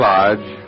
Lodge